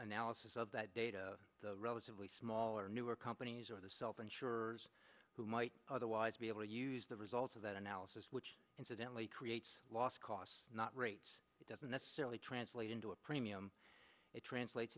analysis of that data the relatively smaller newer companies or the self insure who might otherwise be able to use the results of that analysis which incidentally creates loss costs not rates it doesn't necessarily translate into a premium it translates